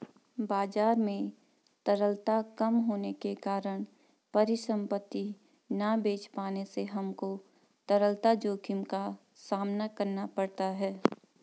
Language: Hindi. बाजार में तरलता कम होने के कारण परिसंपत्ति ना बेच पाने से हमको तरलता जोखिम का सामना करना पड़ता है